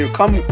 come